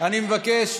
אני מבקש.